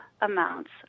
amounts